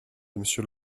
monsieur